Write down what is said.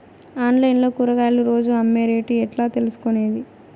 Online లో కూరగాయలు రోజు అమ్మే రేటు ఎట్లా తెలుసుకొనేది?